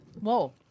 Whoa